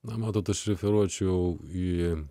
na matote aš referuočiau ir